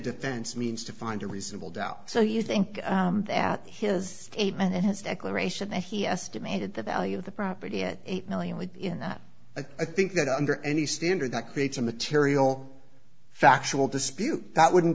defense means to find a reasonable doubt so you think that his statement has declaration that he estimated the value of the property at eight million would be in that i think that under any standard that creates a material factual dispute that wouldn't